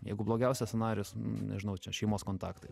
jeigu blogiausias scenarijus nežinau čia šeimos kontaktai